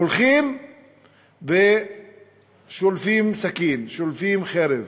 הולכים ושולפים סכין, שולפים חרב,